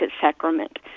sacrament